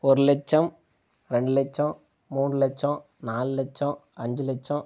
ஒரு லட்சம் ரெண்டு லட்சம் மூணு லட்சம் நாலு லட்சம் அஞ்சு லட்சம்